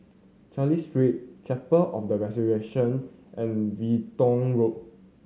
Cecil Street Chapel of the Resurrection and Everton Road